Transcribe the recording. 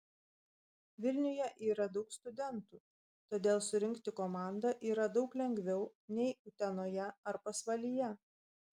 vilniuje yra daug studentų todėl surinkti komandą yra daug lengviau nei utenoje ar pasvalyje